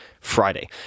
Friday